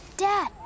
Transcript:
Dad